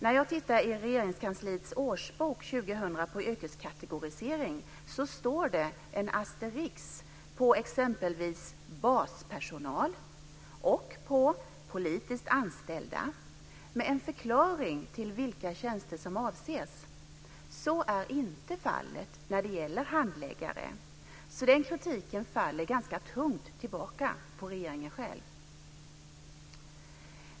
När jag tittar på yrkeskategorisering i Regeringskansliets årsbok 2000 ser jag att det står en asterisk på exempelvis baspersonal och på politiskt anställda med en förklaring till vilka tjänster som avses. Så är inte fallet när det gäller handläggare. Så den kritiken faller ganska tungt tillbaka på regeringen själv.